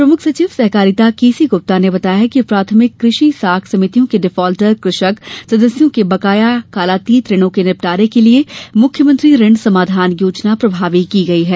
प्रमुख सचिव सहकारिता केसी गुप्ता ने बताया कि प्राथमिक कृषि साख सभितियों के डिफाल्टर कृषक सदस्यों के बकाया कालातीत ऋणों के निपटारे के लिये मुख्यमंत्री ऋण समाधान योजना प्रभावी की गई है